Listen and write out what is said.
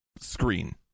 screen